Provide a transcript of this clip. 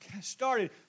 started